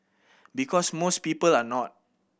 because most people are not